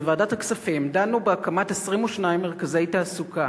בוועדת הכספים דנו בהקמת 22 מרכזי תעסוקה